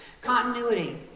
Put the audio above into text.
Continuity